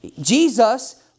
Jesus